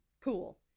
Cool